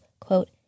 quote